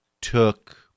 Took